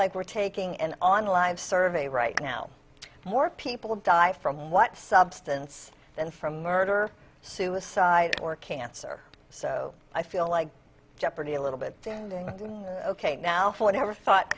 like we're taking an online survey right now more people die from what substance than from murder suicide or cancer so i feel like jeopardy a little bit ok now whatever thought